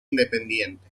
independiente